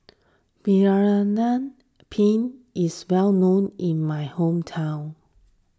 Penne is well known in my hometown